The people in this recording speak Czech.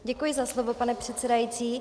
Děkuji za slovo, pane předsedající.